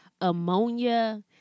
ammonia